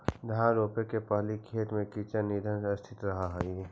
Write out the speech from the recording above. धान रोपे के पहिले खेत में कीचड़ निअन स्थिति रहऽ हइ